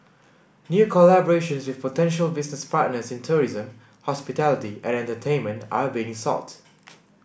new collaborations with potential business partners in tourism hospitality and entertainment are being sought